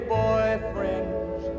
boyfriends